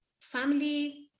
family